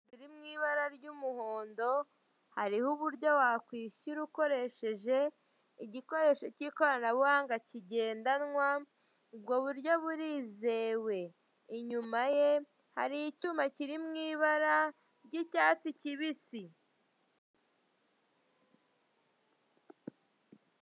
Mu ibara ry'umuhondo hariho uburyo wakwishyura ukoresheje igikoresho cy'ikoranabuhanga kigendanwa ubwo buryo burizewe, inyuma ye hari icyuma kiri mwibara ry'icyatsi kibisi.